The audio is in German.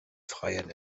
freien